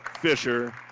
Fisher